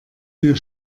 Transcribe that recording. mir